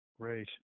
Great